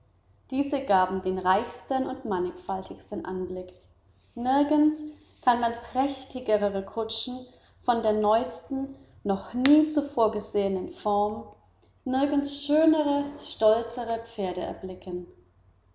diese gaben den reichsten und mannigfaltigsten anblick nirgends kann man prächtigere kutschen von der neuesten noch nie zuvor gesehenen form nirgends schönere stolzere pferde erblicken